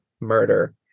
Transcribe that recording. murder